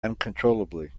uncontrollably